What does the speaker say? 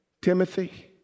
Timothy